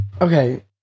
Okay